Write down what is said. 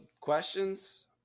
questions